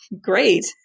great